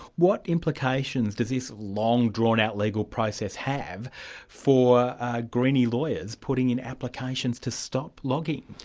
what implications does this long drawn-out legal process have for greenie lawyers putting in applications to stop logging?